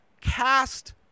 cast